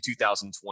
2020